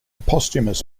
posthumous